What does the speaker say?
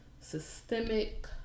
systemic